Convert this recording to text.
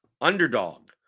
Underdog